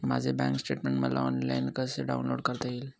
माझे bank statement मला online कसे डाउनलोड करता येईल?